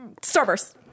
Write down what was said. Starburst